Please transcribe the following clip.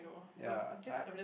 ya I